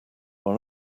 one